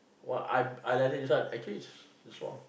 !wah! I I like that this one actually is is wrong